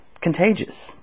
contagious